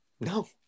No